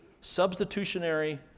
Substitutionary